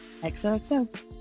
XOXO